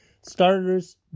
Starters